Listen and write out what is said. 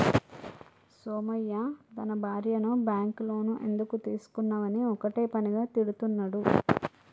సోమయ్య తన భార్యను bank loan ఎందుకు తీసుకున్నవని ఒక్కటే పనిగా తిడుతున్నడు